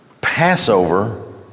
Passover